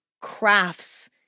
crafts